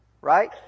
Right